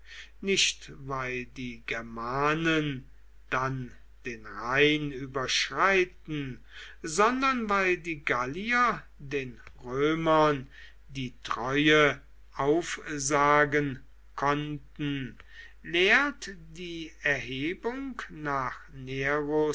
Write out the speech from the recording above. nicht weil die germanen dann den rhein überschreiten sondern weil die gallier den römern die treue aufsagen konnten lehrt die erhebung nach